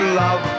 love